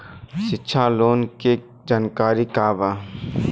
शिक्षा लोन के जानकारी का बा?